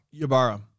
Yabara